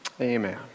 Amen